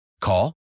Call